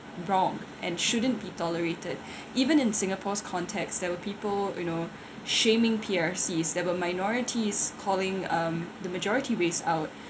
wrong and shouldn't be tolerated even in singapore's context there were people you know shaming P_R_C's there were minorities calling um the majority race out